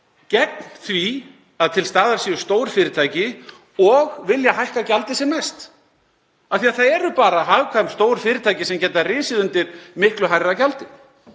gegn því að til staðar séu stórfyrirtæki og vilja hækka gjaldið sem mest af því að það eru bara hagkvæm stór fyrirtæki sem geta risið undir miklu hærra gjaldi.